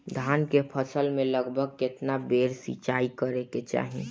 धान के फसल मे लगभग केतना बेर सिचाई करे के चाही?